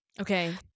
Okay